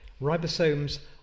ribosomes